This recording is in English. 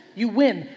you win.